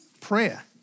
Prayer